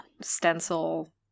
stencil